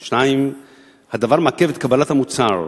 2. הדבר מעכב את קבלת המוצר.